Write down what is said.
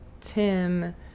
Tim